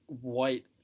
white